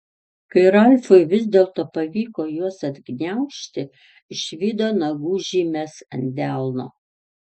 kai ralfui vis dėlto pavyko juos atgniaužti išvydo nagų žymes ant delno